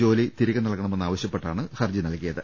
ജോലി തിരികെനൽകണമെന്ന് ആവശ്യപ്പെട്ടാണ് ഹർജി നൽകിയത്